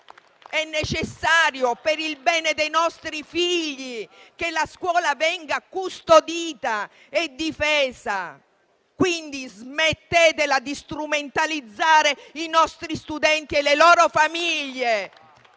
è necessario, per il bene dei nostri figli, che la scuola venga custodita e difesa, quindi smettetela di strumentalizzare i nostri studenti e le loro famiglie